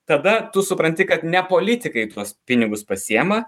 tada tu supranti kad ne politikai tuos pinigus pasiima